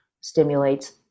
stimulates